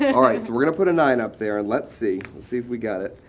and alright, so we're going to put a nine up there. and let's see. let's see if we got it.